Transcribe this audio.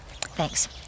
Thanks